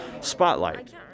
spotlight